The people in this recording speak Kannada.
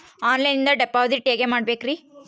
ಆನ್ಲೈನಿಂದ ಡಿಪಾಸಿಟ್ ಹೇಗೆ ಮಾಡಬೇಕ್ರಿ?